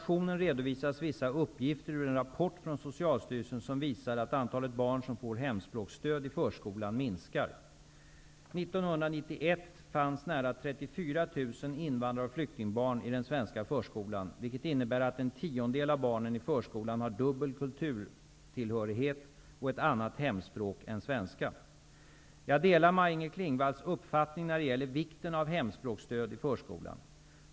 I 1991 fanns nära 34 000 invandrar och flyktingbarn i den svenska förskolan, vilket innebär att en tiondel av barnen i förskolan har dubbel kulturtillhörighet och ett annat hemspråk än svenska. Jag delar Maj-Inger Klingvalls uppfattning när det gäller vikten av hemspråksstöd i förskolan.